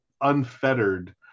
unfettered